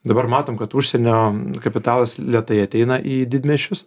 dabar matom kad užsienio kapitalas lėtai ateina į didmiesčius